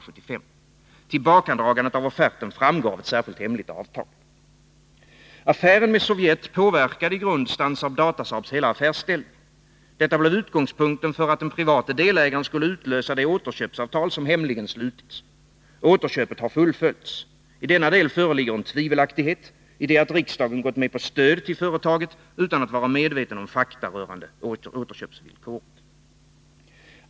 Tillbakadragandet av offerten framgår av ett särskilt hemligt avtal. Affären med Sovjet påverkade i grund Stansaab-Datasaabs hela affärsställning. Detta blev utgångspunkten för att den private delägaren skulle utlösa det återköpsavtal som hemligen slutits. Återköpet har fullföljts. I denna del föreligger en tvivelaktighet, i det att riksdagen gått med på stöd till företaget utan att vara medveten om fakta rörande återköpsvillkoret.